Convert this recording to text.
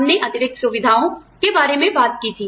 हमने अतिरिक्त सुविधाओं के बारे में बात की थी